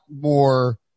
more